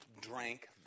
drank